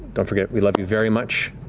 don't forget, we love you very much,